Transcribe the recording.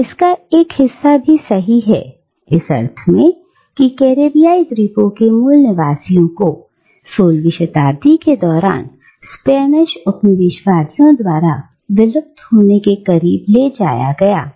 इसका एक हिस्सा भी सही है इस अर्थ में कि कैरेबियाई द्वीपों के मूल निवासियों को 16वीं शताब्दी के दौरान स्पेनिश उपनिवेशवादियों द्वारा विलुप्त होने के करीब ले जाया गया था